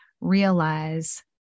realize